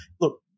Look